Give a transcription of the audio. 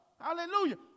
Hallelujah